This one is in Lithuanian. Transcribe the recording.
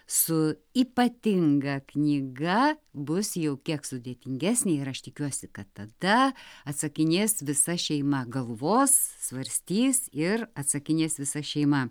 su ypatinga knyga bus jau kiek sudėtingesnė ir aš tikiuosi kad tada atsakinės visa šeima galvos svarstys ir atsakinės visa šeima